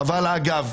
חבל אגב,